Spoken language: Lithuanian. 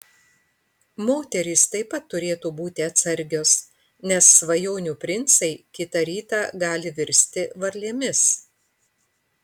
moterys taip pat turėtų būti atsargios nes svajonių princai kitą rytą gali virsti varlėmis